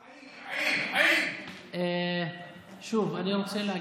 עבאס, שוב, אני רוצה להגיב.